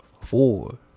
four